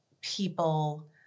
people